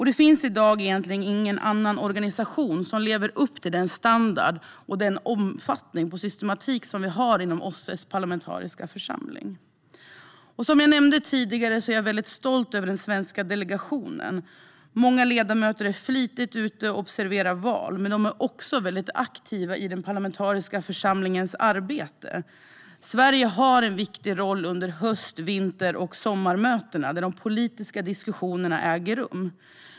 Det finns i dag egentligen ingen annan organisation som lever upp till den standard och omfattande systematik som vi har inom OSSE:s parlamentariska församling. Som jag sa tidigare är jag mycket stolt över den svenska delegationen. Många ledamöter är flitigt ute och observerar val, men de är också väldigt aktiva i den parlamentariska församlingens arbete. Sverige har en viktig roll under höst, vinter och sommarmötena, där de politiska diskussionerna äger rum.